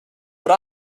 but